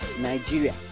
Nigeria